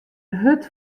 hurd